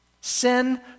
Sin